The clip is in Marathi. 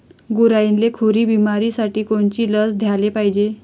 गुरांइले खुरी बिमारीसाठी कोनची लस द्याले पायजे?